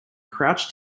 crouched